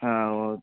ஆ okay